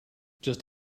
just